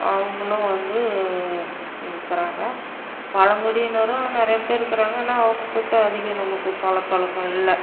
அவங்களும் வந்து இருக்கிறாங்க பழங்குடியினரும் நிறைய பேர் இருக்கிறாங்க ஆனால் அவங்க கிட்ட அதிகம் நமக்கு பழக்க வழக்கம் இல்லை